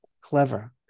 Clever